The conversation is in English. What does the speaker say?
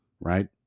right